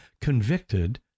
convicted